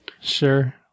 Sure